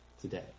today